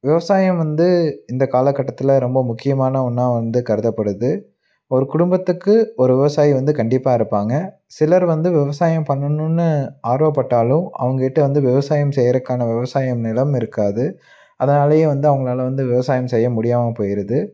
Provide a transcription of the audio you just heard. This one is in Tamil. விவசாயம் வந்து இந்த காலக்கட்டத்தில் ரொம்ப முக்கியமான ஒன்றா வந்து கருதப்படுது ஒரு குடும்பத்துக்கு ஒரு விவசாயி வந்து கண்டிப்பாக இருப்பாங்க சிலர் வந்து விவசாயம் பண்ணனுன்னு ஆர்வப்பட்டாலும் அவங்கக்கிட்ட வந்து விவசாயம் செய்கிறதுக்கான விவசாயம் நிலம் இருக்காது அதனாலேயே வந்து அவங்களால் வந்து விவசாயம் செய்ய முடியாமல் போயிடுது